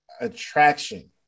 attraction